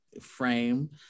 frame